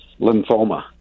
lymphoma